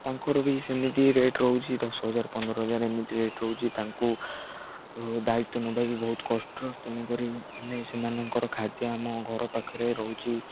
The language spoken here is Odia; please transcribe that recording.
ତାଙ୍କର ବି ସେମିତି ରେଟ୍ ରହୁଛି ଦଶ ହଜାର ପନ୍ଦର ହଜାର ଏମିତି ରେଟ୍ ରହୁଛି ତାଙ୍କୁ ଦାୟିତ୍ୱ ନେବା ବି ବହୁତ କଷ୍ଟ ତେଣୁକରି ଆମେ ସେମାନଙ୍କର ଖାଦ୍ୟ ଆମ ଘର ପାଖରେ ରହୁଛି